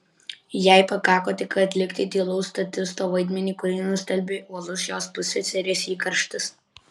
jai pakako tik atlikti tylaus statisto vaidmenį kurį nustelbė uolus jos pusseserės įkarštis